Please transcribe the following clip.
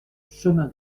chemin